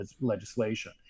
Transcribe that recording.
legislation